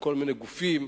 מכל מיני גופים,